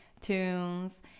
tunes